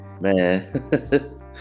man